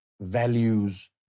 values